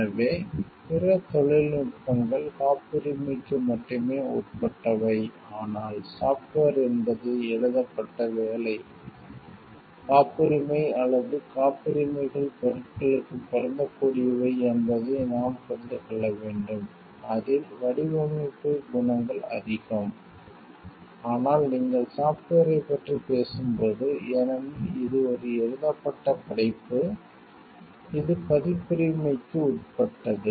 எனவே பிற தொழில்நுட்பங்கள் காப்புரிமைக்கு மட்டுமே உட்பட்டவை ஆனால் சாஃப்ட்வேர் என்பது எழுதப்பட்ட வேலை காப்புரிமை அல்லது காப்புரிமைகள் பொருட்களுக்கு பொருந்தக்கூடியவை என்பதை நாம் புரிந்து கொள்ள வேண்டும் அதில் வடிவமைப்பு குணங்கள் அதிகம் ஆனால் நீங்கள் சாஃப்ட்வேரைப் பற்றி பேசும்போது ஏனெனில் இது ஒரு எழுதப்பட்ட படைப்பு இது பதிப்புரிமைக்கு உட்பட்டது